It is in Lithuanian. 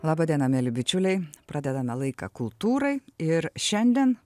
laba diena mieli bičiuliai pradedame laiką kultūrai ir šiandien